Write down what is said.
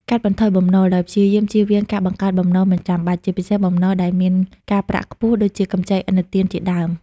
កាត់បន្ថយបំណុល ដោយព្យាយាមជៀសវាងការបង្កើតបំណុលមិនចាំបាច់ ជាពិសេសបំណុលដែលមានការប្រាក់ខ្ពស់ ដូចជាកម្ចីឥណទានជាដើម។